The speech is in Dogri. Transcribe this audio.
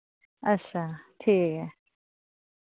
अच्छा ठीक ऐ